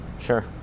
Sure